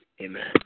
Amen